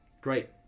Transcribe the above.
Great